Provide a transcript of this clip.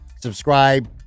subscribe